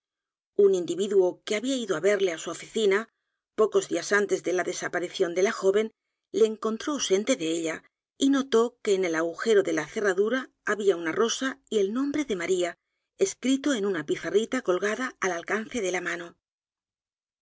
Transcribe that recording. un individuo que había ido á verle á su oficina pocos días antes de la desaparición de la joven le encontró ausente de ella y notó que en el agujero de la cerradura había una rosa y el nombre de maría escrito en unapizarrita colgada al alcance de la mano